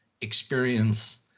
experience